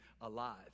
alive